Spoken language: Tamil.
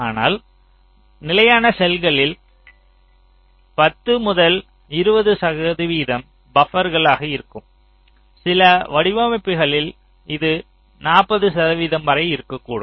அனைத்து நிலையான செல்களில் 10 முதல் 20 சதவிகிதம் பபர்களாக இருக்கும் சில வடிவமைப்புகளில் இது 40 சதவீதம் வரை இருக்ககூடும்